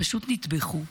פשוט נטבחו,